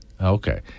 Okay